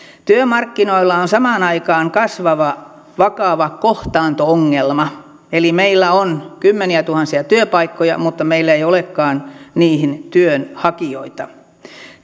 työmarkkinoilla on samaan aikaan kasvava vakava kohtaanto ongelma eli meillä on kymmeniätuhansia työpaikkoja mutta meillä ei olekaan niihin työnhakijoita